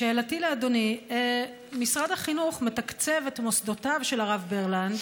שאלתי לאדוני: משרד החינוך מתקצב את מוסדותיו של הרב ברלנד